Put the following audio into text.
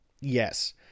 Yes